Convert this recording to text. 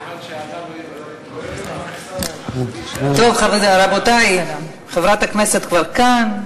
זה, טוב, רבותי, חברת הכנסת כבר כאן.